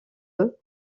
eux